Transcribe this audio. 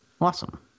Awesome